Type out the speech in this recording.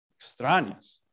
Extrañas